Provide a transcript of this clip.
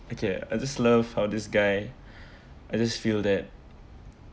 okay I just love how this guy I just feel that